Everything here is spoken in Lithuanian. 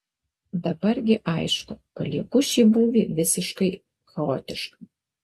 dabar gi aišku palieku šį būvį visiškai chaotišką